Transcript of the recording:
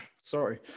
Sorry